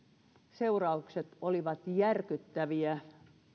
seuraukset olivat järkyttäviä